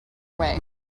way